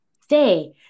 stay